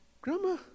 Grandma